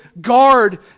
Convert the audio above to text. guard